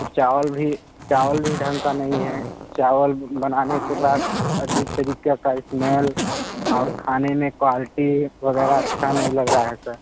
तो चावल भी चावल भी ढंग का नहीं है चावल बनाने के बाद अजीब तरीके का स्मेल और खाने में क्वाल्टी वगैरह अच्छा नहीं लग रहा है सर